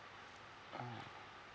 oh